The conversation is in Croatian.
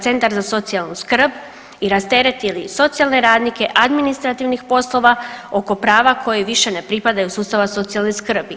Centar za socijalnu skrb i rasteretili socijalne radnike, administrativnih poslova oko prava koja više ne pripadaju sustavu socijalne skrbi.